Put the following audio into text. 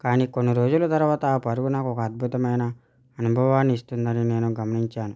కానీ కొన్ని రోజులు తర్వాత పరుగు నాకు ఒక అద్భుతమైన అనుభవాన్ని ఇస్తుందని నేను గమనించాను